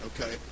Okay